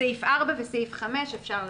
סעיף 4 וסעיף 5. אפשר להצביע.